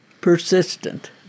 Persistent